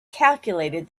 calculated